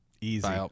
Easy